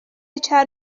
چند